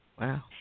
Wow